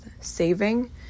saving